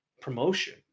promotion